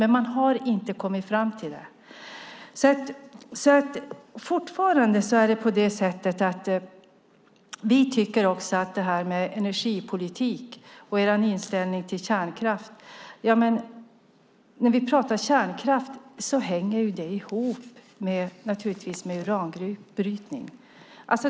Det här gäller fortfarande energipolitik och er inställning till kärnkraft. Kärnkraft hänger naturligtvis ihop med uranbrytning.